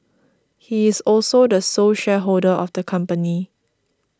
he is also the sole shareholder of the company